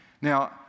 now